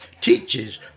teaches